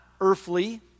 earthly